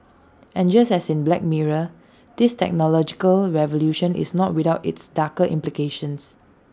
and just as in black mirror this technological revolution is not without its darker implications